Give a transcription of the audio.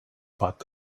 but